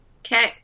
okay